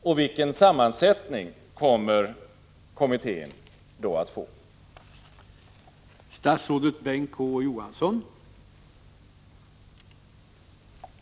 Och vilken sammansättning kommer kommittén att få?